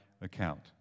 Account